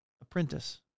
apprentice